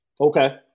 Okay